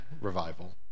revival